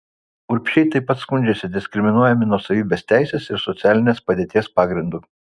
urbšiai taip pat skundžiasi diskriminuojami nuosavybės teisės ir socialinės padėties pagrindu